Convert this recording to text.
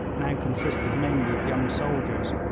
now consisted mainly of young soldiers,